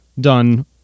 done